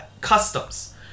customs